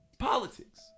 Politics